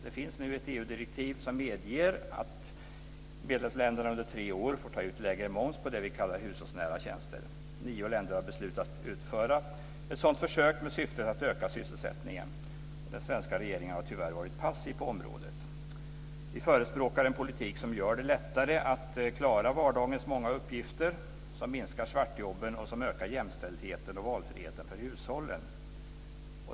Det finns nu ett EU direktiv som medger att medlemsländerna under tre år får ta ut lägre moms på det vi kallar hushållsnära tjänster. Nio länder har beslutat att genomföra ett sådant försök med syfte att öka sysselsättningen. Den svenska regeringen har tyvärr varit passiv på området. Vi förespråkar en politik som gör det lättare att klara vardagens många uppgifter, minskar svartjobben och som ökar jämställdheten och valfriheten för hushållen.